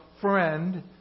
friend